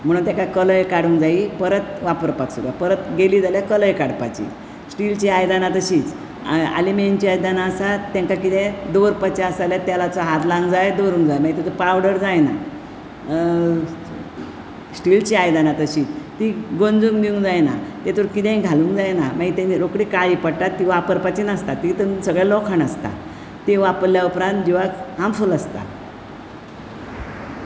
म्हणून तेका कलय काडूंक जायी परत वापरपाक सुरवात परत गेली जाल्यार कलय काडपाची स्टिलची आयदनां तशीच आ आलेमीनची आयदनां आसात तेंका कितें दवरपाचे आसा जाल्यार ताका तेलाचो हात लावंक जाय दवरूंक जाय मागीर पावडर जायना स्टिलची आयदनां तशींच तीं गोंन्जूक दिवूंक जायना तेतूर कितें घालूंक दिवूंक जायना मागीर तेंची रोखडेच काळी पडटात वापरपाचे नासता तितून सगळें लोखण आसता तें वापरल्या उपरांत जिवाक हार्मफुल आसता